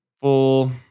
full